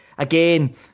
Again